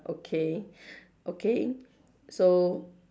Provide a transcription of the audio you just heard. okay okay so